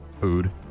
food